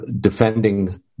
defending